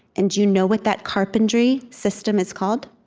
and do you know what that carpentry system is called?